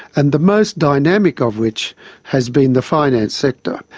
and the most dynamic of which has been the finance sector.